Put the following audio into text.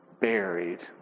buried